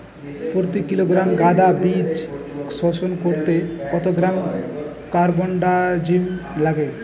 প্রতি কিলোগ্রাম গাঁদা বীজ শোধন করতে কত গ্রাম কারবানডাজিম লাগে?